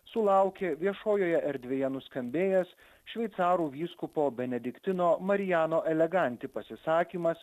sulaukė viešojoje erdvėje nuskambėjęs šveicarų vyskupo benediktino marijano eleganti pasisakymas